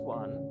one